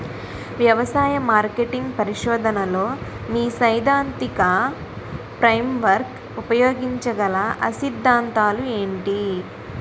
వ్యవసాయ మార్కెటింగ్ పరిశోధనలో మీ సైదాంతిక ఫ్రేమ్వర్క్ ఉపయోగించగల అ సిద్ధాంతాలు ఏంటి?